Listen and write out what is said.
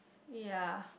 ya